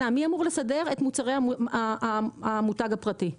אדוני מי אמור לסדר את מוצרי המותג הפרטי לדעתך?